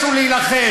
תודה רבה,